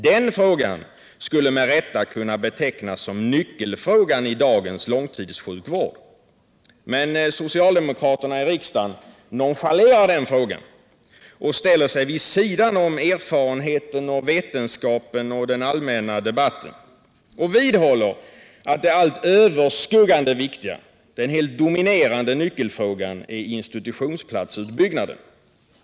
Den frågan skulle med rätta kunna betecknas som ”nyckelfrågan i dagens långtidssjukvård”. Men socialdemokraterna i riksdagen nonchalerar den frågan och ställer sig vid sidan om erfarenheten, vetenskapen och den allmänna debatten och vidhåller att det allt överskuggande viktiga, den helt dominerande nyckelfrågan, är institutionsplatsutbyggnaden.